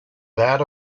that